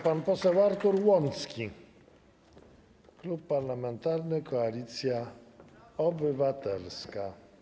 Pan poseł Artur Łącki, Klub Parlamentarny Koalicja Obywatelska.